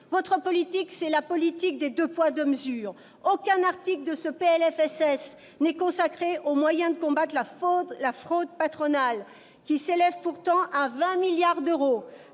Vous menez une politique des « deux poids, deux mesures ». Aucun article de ce PLFSS n'est consacré aux moyens de combattre la fraude patronale, qui s'élève pourtant à 20 milliards d'euros,